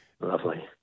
Lovely